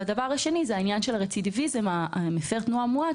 הדבר השני, עניין הרצידיביזם מפר תנועה מועד.